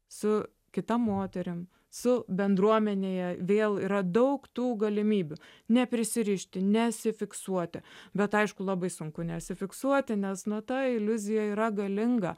su kita moterim su bendruomenėje vėl yra daug tų galimybių neprisirišti nesifiksuoti bet aišku labai sunku nesifiksuoti nes nu ta iliuzija yra galinga